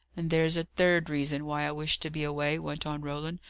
and there's a third reason why i wish to be away, went on roland,